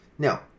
Now